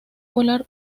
polar